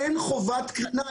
אין חובת קרינה,